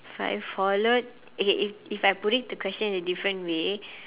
if I had followed okay if if I put it the question in a different way